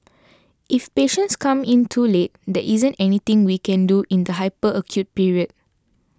if patients come in too late there isn't anything we can do in the hyper acute period